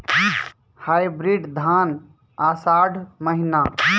Hybrid धान आषाढ़ महीना?